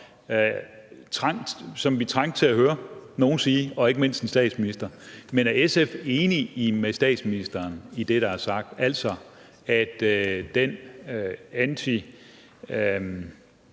som vi trængte til at høre nogen sige og ikke mindst en statsminister. Men er SF enig med statsministeren i det, der er sagt, altså at den